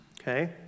okay